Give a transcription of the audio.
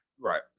Right